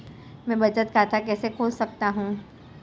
मैं बचत खाता कैसे खोल सकता हूँ?